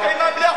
חבר הכנסת.